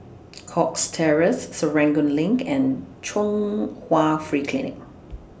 Cox Terrace Serangoon LINK and Chung Hwa Free Clinic